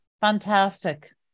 Fantastic